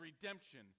redemption